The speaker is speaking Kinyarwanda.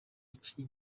iki